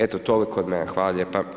Eto, toliko od mene, hvala lijepa.